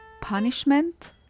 Punishment